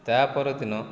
ତା ପରଦିନ